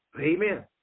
Amen